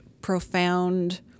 profound